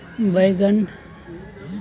bougainvillea south America मुलक लत्ती बला फुल छै